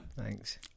thanks